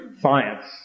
science